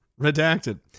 Redacted